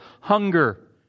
hunger